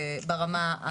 ברמה הארצית.